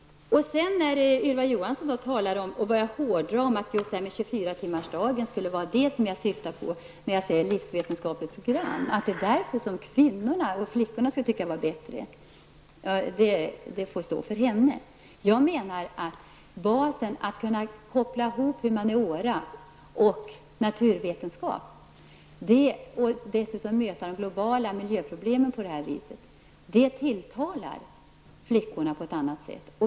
Ylva Johansson hårdrar mitt resonemang och menar att det som jag syftar på när jag talar om ett livsvetenskapligt program är utbildning om människans 24-timmarssituation och det är därför som kvinnorna och flickorna skulle tycka att det var bättre. Den slutsatsen får stå för henne. Jag menar att basen utgörs av att humaniora och naturvetenskap kopplas ihop. På detta sätt kan man möta de globala miljöproblemen, och det tilltalar flickorna på ett annat sätt.